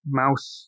mouse